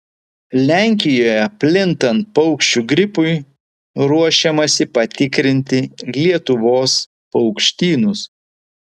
lenkijoje plintant paukščių gripui ruošiamasi patikrinti lietuvos paukštynus